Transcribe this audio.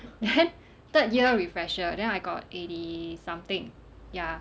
then third year refresher then I got eighty something ya